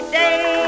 day